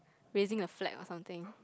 raising a flag or something